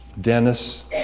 Dennis